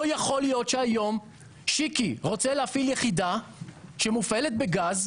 לא יכול להיות שהיום שיקי רוצה להפעיל יחידה שמופעלת בגז,